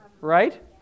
right